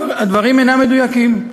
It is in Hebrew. הדברים אינם מדויקים.